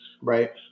Right